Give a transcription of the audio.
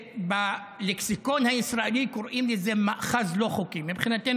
בלקסיקון הישראלי קוראים לזה "מאחז לא חוקי"; מבחינתנו